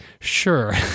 sure